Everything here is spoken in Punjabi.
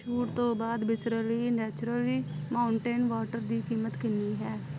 ਛੂਟ ਤੋਂ ਬਾਅਦ ਬਿਸਲੇਰੀ ਨੈਚੂਰਲੀ ਮਾਊਨਟੇਨ ਵਾਟਰ ਦੀ ਕੀਮਤ ਕਿੰਨੀ ਹੈ